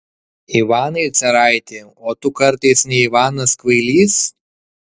ivanai caraiti o tu kartais ne ivanas kvailys